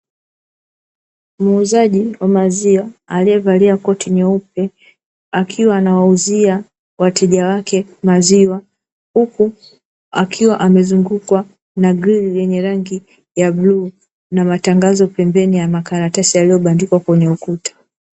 Muuzaji wa maziwa aliyevalia koti jeupe akiwa anawauzia wateja wake maziwa, huku akiwa amezungukwa na dumu lenye rangi ya bluu na matangazo pembeni ya makaratasi yaliyobandikwa kwenye ukuta.